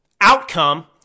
outcome